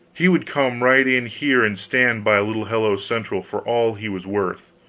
he would come right in here and stand by little hello-central for all he was worth.